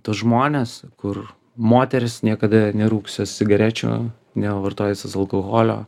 tuos žmones kur moterys niekada nerūkiusios cigarečių nevartojusios alkoholio